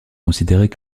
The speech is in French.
considérées